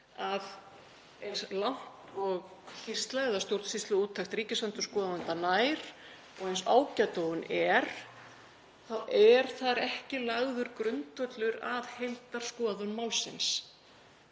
að eins langt og skýrsla eða stjórnsýsluúttekt ríkisendurskoðanda nær, eins ágæt og hún er, þá er þar ekki lagður grundvöllur að heildarskoðun málsins.